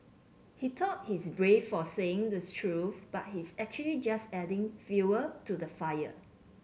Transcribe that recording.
he thought he's brave for saying the truth but he's actually just adding fuel to the fire